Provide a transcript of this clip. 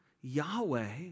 Yahweh